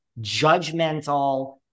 judgmental